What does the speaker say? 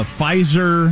Pfizer